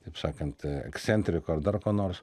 taip sakant ekscentriku ar dar kuo nors